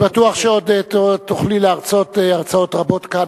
אני בטוח שעוד תוכלי להרצות הרצאות רבות כאן